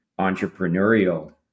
entrepreneurial